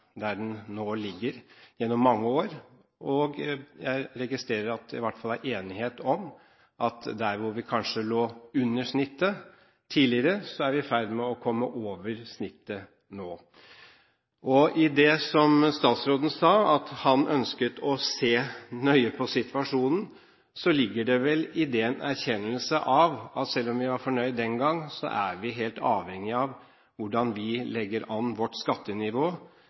nå ligger gjennom mange år. Jeg registrerer at det i hvert fall er enighet om at der vi kanskje lå under snittet tidligere, er vi i ferd med å komme over snittet nå. I det som statsråden sa, at han ønsket å se nøye på situasjonen, ligger det vel i det en erkjennelse av at selv om vi var fornøyd den gang, er vi – når vi legger an vårt skattenivå